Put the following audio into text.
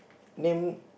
name